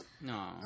No